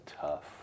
tough